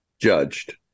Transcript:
judged